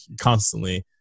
constantly